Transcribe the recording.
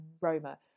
Roma